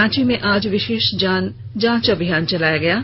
रांची में आज विशेष जांच अभियान चलाया गया है